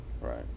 Right